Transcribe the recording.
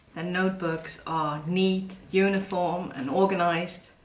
and notebooks are neat, uniform and organised.